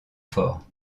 fort